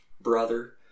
Brother